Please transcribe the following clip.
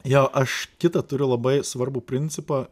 jo aš kitą turiu labai svarbų principą